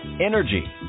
energy